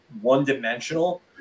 one-dimensional